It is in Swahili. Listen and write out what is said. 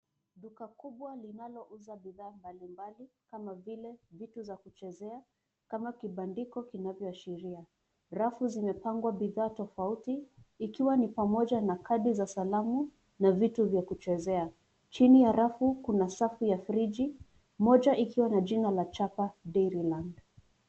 Duka kubwa linalouza bidhaa mbalimbali kama vile vitu za kuchezea kama kibandiko kinavyoashiria. Rafu zimepangwa bidhaa tofauti ikiwa ni pamoja na kadi za salamu na vitu vya kuchezea. Chini ya rafu kuna safu ya friji moja ikiwa na jina la chapa Dairyland .